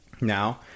Now